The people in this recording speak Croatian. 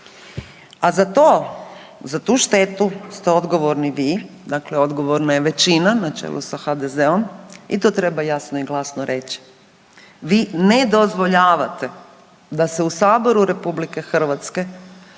a za to, za tu štetu ste odgovorni vi, dakle odgovorna je većina na čelu sa HDZ-om i to treba jasno i glasno reći. Vi ne dozvoljavate da se u Saboru Republike Hrvatske